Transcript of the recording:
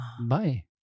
Bye